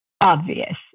obvious